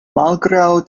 malgraŭ